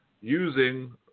Using